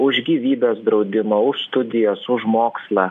už gyvybės draudimą už studijas už mokslą